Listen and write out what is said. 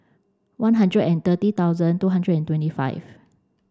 one hundred and thirty thousand two hundred and twenty five